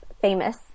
famous